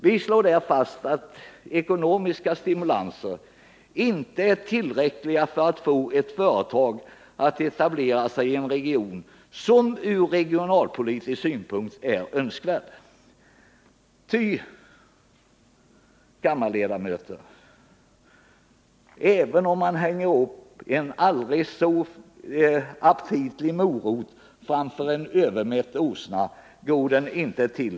Vi slår där fast att ekonomiska stimulanser inte är tillräckliga för att få ett företag att etablera sig i en region som är lämplig från regionalpolitisk synpunkt. Även om man, kammarledamöter, hänger upp en aldrig så aptitlig morot framför en övermätt åsna går den inte.